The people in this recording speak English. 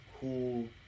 cool